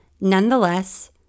Nonetheless